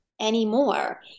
anymore